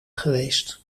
geweest